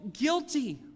guilty